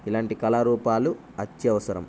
ఇలాంటి కళారూపాలు అత్యవసరం